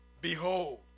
Behold